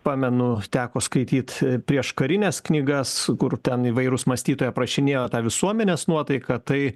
pamenu teko skaityt prieškarines knygas kur ten įvairūs mąstytojai aprašinėjo tą visuomenės nuotaiką tai